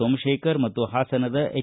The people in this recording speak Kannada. ಸೋಮಶೇಖರ್ ಮತ್ತು ಹಾಸನದ ಎಚ್